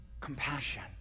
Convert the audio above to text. compassion